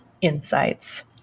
insights